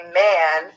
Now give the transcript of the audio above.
man